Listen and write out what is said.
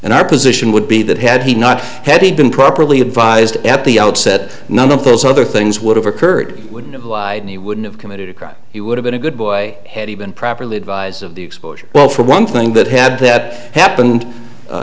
and our position would be that had he not had he been properly advised at the outset none of those other things would have occurred wouldn't have lied he wouldn't have committed a crime he would have been a good boy had he been properly advised of the exposure well for one thing that had that happened